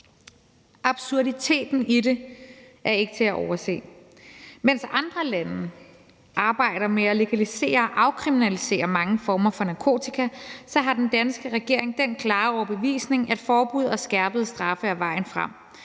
Absurditeten i det er ikke til at overse. Mens andre lande arbejder med at legalisere og afkriminalisere mange former for narkotika, har den danske regering den klare overbevisning, at forbud og skærpede straffe er vejen frem;